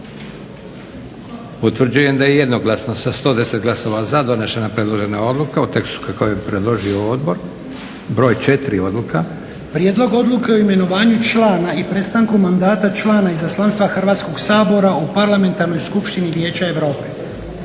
Utvrđujem da je jednoglasno sa 11o glasova za donešena predložena u tekstu kako je predložio Odbor. Broj 4. **Lučin, Šime (SDP)** Prijedlog odluke o imenovanju člana i prestanku mandata člana Izaslanstva Hrvatskog sabora u Parlamentarnoj skupštini Vijeća Europe.